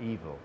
evil